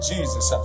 Jesus